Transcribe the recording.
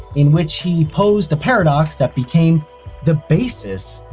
in which he posed a paradox that became the basis,